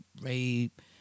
rape